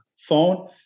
Phone